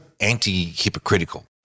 anti-hypocritical